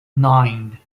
nine